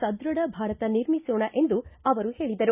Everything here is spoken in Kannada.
ಸದೃಢ ಭಾರತ ನಿರ್ಮಿಸೋಣ ಎಂದು ಅವರು ಹೇಳಿದರು